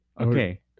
Okay